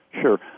Sure